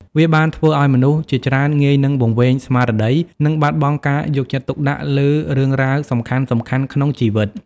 វាបានធ្វើឲ្យមនុស្សជាច្រើនងាយនឹងវង្វេងស្មារតី និងបាត់បង់ការយកចិត្តទុកដាក់លើរឿងរ៉ាវសំខាន់ៗក្នុងជីវិត។